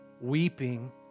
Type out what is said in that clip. Weeping